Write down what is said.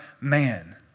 man